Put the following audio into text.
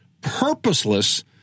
purposeless